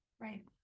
Right